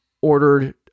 ordered